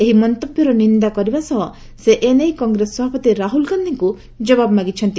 ଏହି ମନ୍ତବ୍ୟର ନିନ୍ଦା କରିବା ସହ ସେ ଏ ନେଇ କଂଗ୍ରେସ ସଭାପତି ରାହୁଲ୍ ଗାନ୍ଧିଙ୍କୁ ଜବାବ ମାଗିଛନ୍ତି